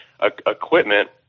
equipment